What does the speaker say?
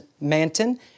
Manton